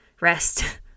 Rest